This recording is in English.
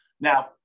Now